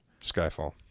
Skyfall